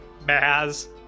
Baz